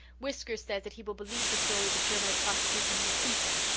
whiskers says that he will believe the stories of german atrocities when he sees them,